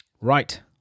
Right